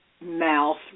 mouth